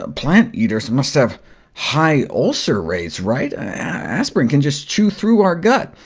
ah plant-eaters must have high ulcer rates, right? aspirin can just chew through our gut.